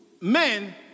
men